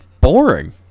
boring